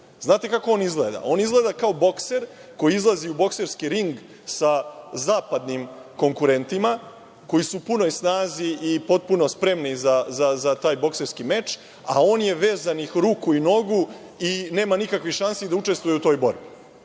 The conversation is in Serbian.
Znate, kako on izgleda? On izgleda kao bokser koji izlazi u bokserski ring sa zapadnim konkurentima koji su u punoj snazi i potpuno spremni za taj bokserski meč, a on je vezanih ruku i nogu i nema nikakvih šansi da učestvuje u toj borbi,